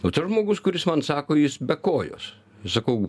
o tas žmogus kuris man sako jis be kojos sakau